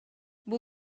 бул